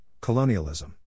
Colonialism